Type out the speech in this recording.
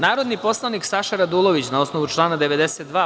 Narodni poslanik Saša Radulović, na osnovu člana 92.